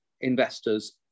investors